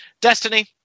Destiny